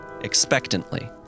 expectantly